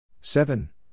Seven